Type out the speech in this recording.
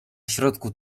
środku